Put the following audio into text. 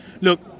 look